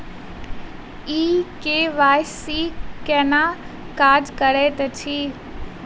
ई KYC केना काज करैत अछि?